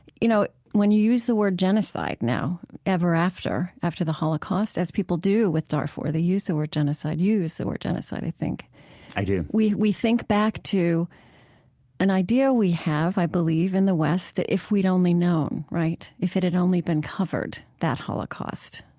you know, when you use word genocide now, ever after, after the holocaust, as people do with darfur, they use the word genocide you use the word genocide, i think i do we we think back to an idea we have, i believe, in the west that, if we'd only known, right? if it had only been covered, that holocaust,